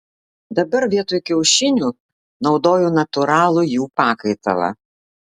dabar vietoj kiaušinių naudoju natūralų jų pakaitalą